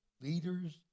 leaders